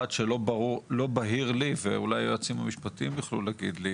שלא בהיר לי ואולי היועצים המשפטיים יוכלו להבהיר.